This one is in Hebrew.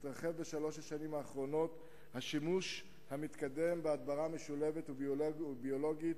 התרחב בשלוש השנים האחרונות השימוש המתקדם בהדברה משולבת וביולוגית,